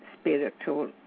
spiritual